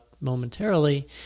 momentarily